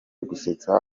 gusetsa